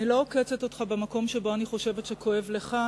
אני לא עוקצת אותך במקום שבו אני חושבת שכואב לך,